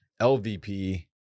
LVP